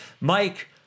Mike